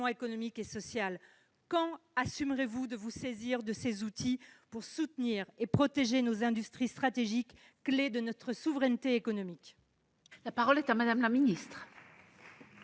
économique et social, le FDES. Quand assumerez-vous de vous saisir de tels outils pour soutenir et protéger nos industries stratégiques, clés de notre souveraineté économiques ? La parole est à Mme la secrétaire